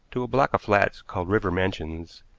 to a block of flats called river mansions,